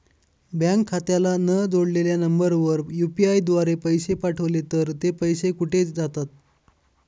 Bank खात्याला न जोडलेल्या नंबरवर यु.पी.आय द्वारे पैसे पाठवले तर ते पैसे कुठे जातात?